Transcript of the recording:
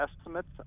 estimates